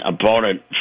opponent